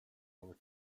over